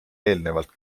eelnevalt